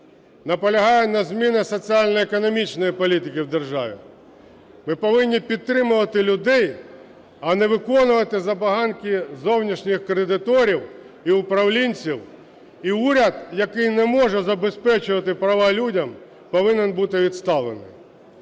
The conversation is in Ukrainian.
наполягає на зміні соціально-економічної політики в державі. Ми повинні підтримувати людей, а не виконувати забаганки зовнішніх кредиторів і управлінців. І уряд, який не може забезпечити права людей, повинен бути відставлений.